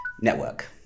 network